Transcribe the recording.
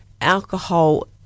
alcohol